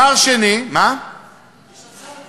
תגיש הצעה.